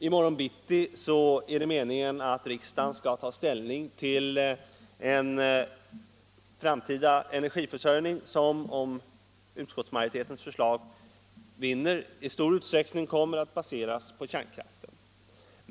I morgon bitti är det meningen att riksdagen skall ta ställning till en framtida energiförsörjning, som — om utskottsmajoritetens förslag vinner — i stor utsträckning kommer att baseras på kärnkraften.